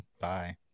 Bye